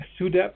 SUDEP